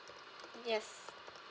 yes